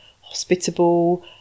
hospitable